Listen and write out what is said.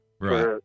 right